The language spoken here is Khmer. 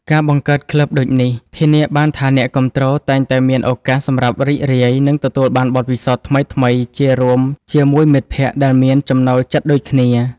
ការបង្កើតក្លឹបដូចនេះ ធានាបានថាអ្នកគាំទ្រតែងតែមានឱកាសសម្រាប់រីករាយ និងទទួលបានបទពិសោធន៍ថ្មីៗជារួមជាមួយមិត្តភក្តិដែលមានចំណូលចិត្តដូចគ្នា។